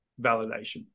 validation